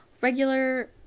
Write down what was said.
Regular